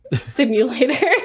simulator